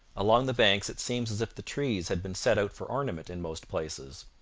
along the banks it seems as if the trees had been set out for ornament in most places,